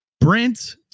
Brent